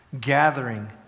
gathering